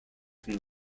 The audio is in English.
from